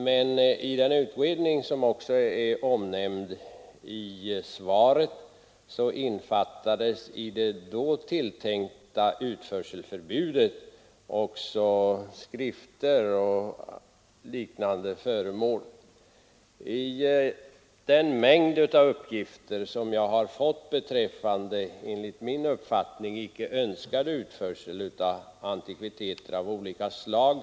Men i det utredningsbetänkande som också är omnämnt i interpellationssvaret innefattades i det då tilltänkta utförselförbudet även skrifter och liknande föremål. Jag har fått en mängd uppgifter om enligt min uppfattning icke önskad utförsel av antikviteter av olika slag.